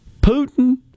Putin